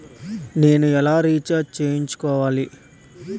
నేను ఎలా రీఛార్జ్ చేయించుకోవాలి?